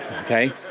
Okay